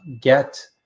get